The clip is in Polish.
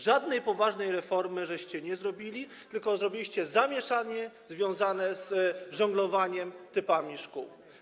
Żadnej poważnej reformy nie zrobiliście, tylko zrobiliście zamieszanie związane z żonglowaniem typami szkół.